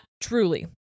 truly